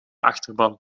achterban